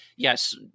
Yes